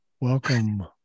Welcome